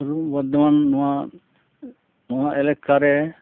ᱯᱩᱨᱵᱚ ᱵᱚᱨᱫᱷᱚᱢᱟᱱ ᱱᱚᱣᱟ ᱱᱚᱣᱟ ᱮᱞᱟᱠᱟᱨᱮ